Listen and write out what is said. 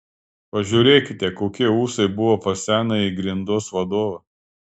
pažiūrėkite kokie ūsai buvo pas senąjį grindos vadovą